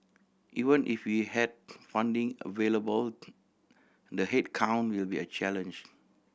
even if we had funding available the headcount will be a challenge